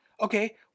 Okay